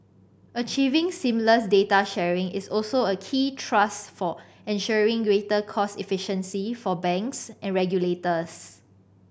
achieving seamless data sharing is also a key thrust for ensuring greater cost efficiency for banks and regulators